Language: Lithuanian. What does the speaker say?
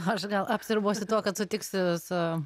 aš gal apsiribosiu tuo kad sutiksiu su